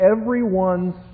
everyone's